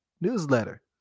newsletter